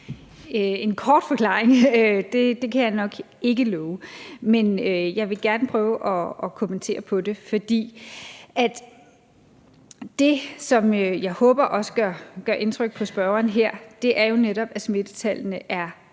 En kort forklaring kan jeg nok ikke love, men jeg vil gerne prøve at kommentere på det. For det, som jeg håber også gør indtryk på spørgeren, er jo netop, at smittetallene er